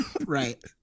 right